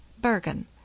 Bergen